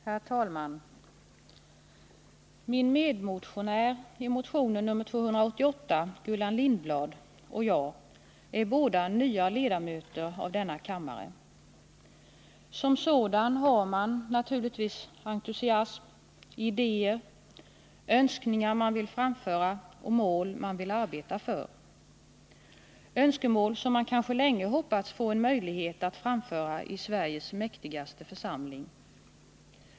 Herr talman! Min medmotionär i motion 288 Gullan Lindblad och jag är båda nya ledamöter av denna kammare. Som sådan har man naturligtvis entusiasm, idéer, önskningar man vill framföra, mål man vill arbeta för — önskemål, som man kanske länge hoppats få en möjlighet att framföra i Sveriges mäktigaste församling.